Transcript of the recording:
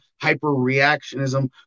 hyper-reactionism